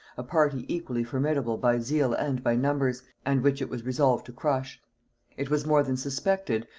a party equally formidable by zeal and by numbers, and which it was resolved to crush it was more than suspected,